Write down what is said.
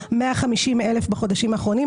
היה 150,000 בחודשים האחרונים.